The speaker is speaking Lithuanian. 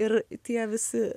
ir tie visi